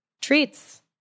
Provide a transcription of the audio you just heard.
Treats